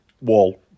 wall